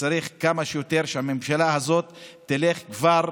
וצריך כמה שיותר מהר שהממשלה הזאת תלך כבר,